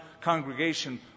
congregation